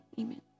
amen